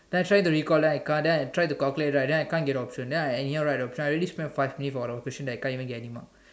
then I try to recall then I can't then I try to calculate then I can't get the option then I anyhow write the option I already spent five minutes on a question that I can't get any marks